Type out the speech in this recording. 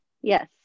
Yes